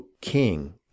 king